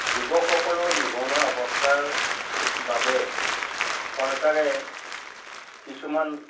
যুৱকসকলৰ নিবনুৱা অৱস্থাৰ বাবে চৰকাৰে কিছুমান